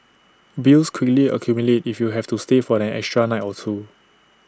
bills quickly accumulate if you have to stay for an extra night or two